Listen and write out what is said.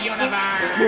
Universe